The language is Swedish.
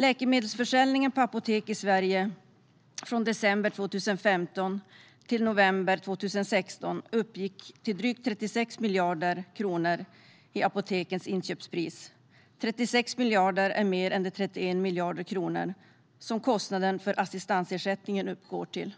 Läkemedelsförsäljningen på apotek i Sverige uppgick från december 2015 till november 2016 till drygt 36 miljarder kronor räknat i apotekens inköpspris. 36 miljarder är mer än de 31 miljarder som kostnaden för assistansersättningen uppgår till.